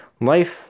life